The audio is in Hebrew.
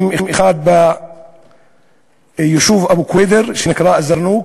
אחד ביישוב אבו-קוידר שנקרא אל-זרנוג,